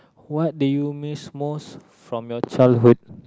what do you miss most from your childhood